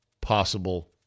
possible